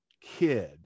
kid